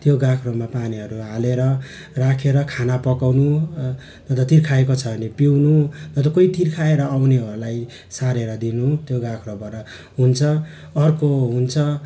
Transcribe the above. त्यो गाग्रोमा पानीहरू हालेर राखेर खाना पकाउनु न त तिर्खाएको छ भने पिउनु न त कोही तिर्खाएर आउनेहरूलाई सारेर दिनु त्यो गाग्रोबाट हुन्छ अर्को हुन्छ